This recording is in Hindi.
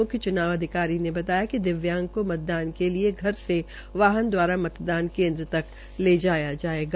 म्ख्य च्नाव अधिकारी ने बताया कि दिव्यांग को मतदान के लिए घर से वाहन दवारा मतदान केन्द्र तक ले जाया जायेगा